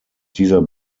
dieser